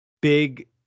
big